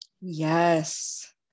Yes